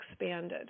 expanded